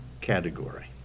category